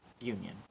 union